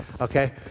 Okay